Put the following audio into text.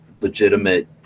legitimate